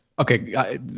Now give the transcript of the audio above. Okay